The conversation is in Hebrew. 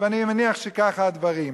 ואני מניח שככה הדברים.